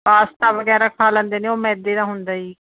pasta ਵਗੈਰਾ ਖਾ ਲੈਂਦੇ ਨੇ ਉਹ ਮੈਦੇ ਦਾ ਹੁੰਦਾ ਜੀ